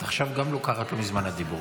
את עכשיו גם לוקחת לו מזמן הדיבור,